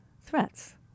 threats